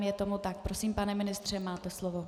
Je tomu tak, prosím, pane ministře, máte slovo.